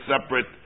separate